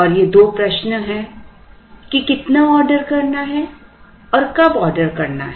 और ये दो प्रश्न हैं कि कितना ऑर्डर करना है और कब ऑर्डर करना है